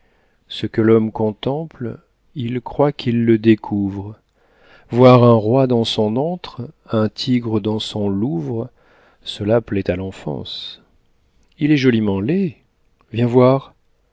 ce que l'homme contemple il croit qu'il le découvre voir un roi dans son antre un tigre dans son louvre cela plaît à l'enfance il est joliment laid viens voir